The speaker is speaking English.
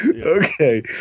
okay